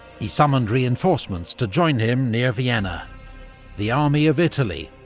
he summoned reinforcements to join him near vienna the army of italy,